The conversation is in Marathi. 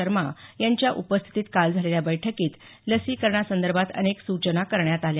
शर्मा यांच्या उपस्थितीत काल झालेल्या बैठकीत लसीकरणासंदर्भात अनेक सूचना करण्यात आल्या